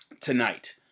tonight